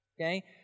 okay